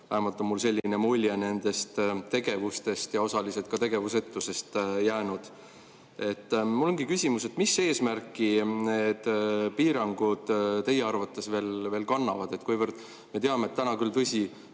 Vähemalt on mul selline mulje nende tegevusest ja osaliselt ka tegevusetusest jäänud. Mul ongi küsimus: mis eesmärki need piirangud teie arvates veel kannavad? Me teame, et täna, tõsi